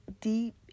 deep